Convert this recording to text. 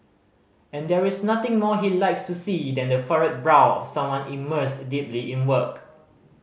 and there is nothing more he likes to see than the furrowed brow of someone immersed deeply in work